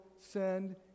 send